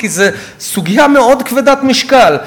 כי זו סוגיה מאוד כבדת משקל,